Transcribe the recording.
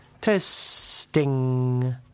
Testing